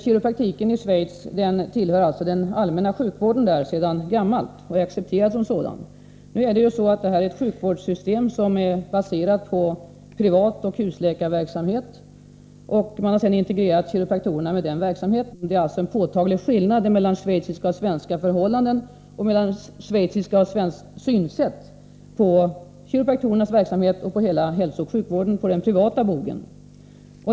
Kiropraktiken i Schweiz tillhör alltså den allmänna sjukvården sedan gammalt och är accepterad som sådan. Det är ett sjukvårdssystem som är baserat på privatläkaroch husläkarverksamhet. Man har integrerat kiropraktorerna med den här verksamheten. Det är alltså en påtaglig skillnad mellan schweiziska och svenska förhållanden och mellan schweiziskt och svenskt synsätt på kiropraktorernas verksamhet och på hela hälsooch sjukvården på den privata sidan.